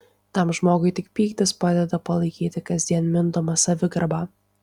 tam žmogui tik pyktis padeda palaikyti kasdien mindomą savigarbą